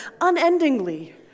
unendingly